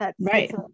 Right